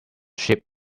ship